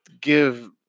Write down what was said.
give